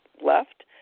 left